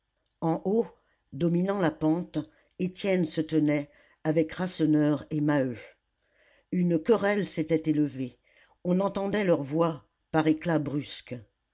en haut dominant la pente étienne se tenait avec rasseneur et maheu une querelle s'était élevée on entendait leurs voix par éclats brusques